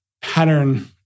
pattern